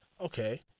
okay